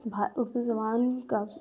اردو زبان کا